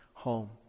Home